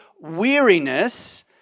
weariness